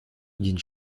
один